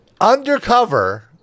undercover